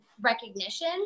recognition